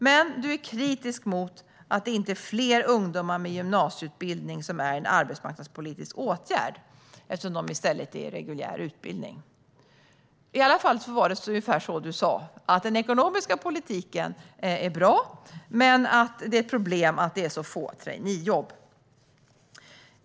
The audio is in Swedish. Du är dock kritisk till att inte fler ungdomar med gymnasieutbildning är i arbetsmarknadspolitiska åtgärder utan i stället i reguljär utbildning. Det var ungefär så du sa: Den ekonomiska politiken är bra, men det är ett problem att det är så få traineejobb.